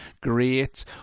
great